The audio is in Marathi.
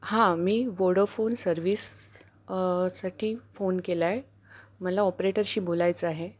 हां मी वोडोफोन सर्विस साठी फोन केला आहे मला ऑपरेटरशी बोलायचं आहे